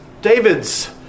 David's